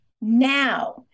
now